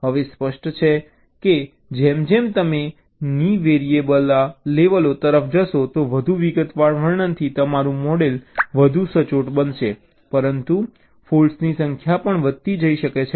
હવે સ્પષ્ટ છે કે જેમ જેમ તમે નીવેરિએબલા લેવલો તરફ જશો તો વધુ વિગતવાર વર્ણનથી તમારું મોડેલ વધુ સચોટ બનશે પરંતુ ફૉલ્ટ્સની સંખ્યા પણ વધતી જઈ શકે છે